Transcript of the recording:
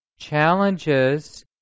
challenges